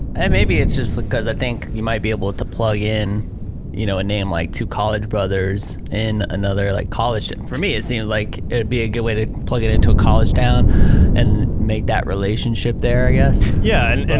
and maybe it's just cause, i think, you might be able to plug in you know a name like two college brothers in another like college. for me, it seems like it would be a good way to plug it into a college town and make that relationship there, i guess. yeah. and and